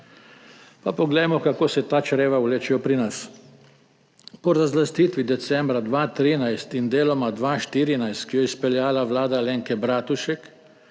Pa poglejmo, kako se ta čreva vlečejo pri nas. Po razlastitvi decembra 2013 in deloma 2014, ki jo je izpeljala vlada Alenke Bratušek,